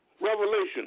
Revelation